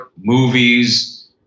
movies